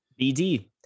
BD